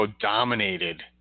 dominated